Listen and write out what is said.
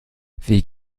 wie